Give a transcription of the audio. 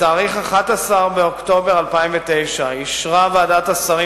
בתאריך 11 באוקטובר 2009 אישרה ועדת השרים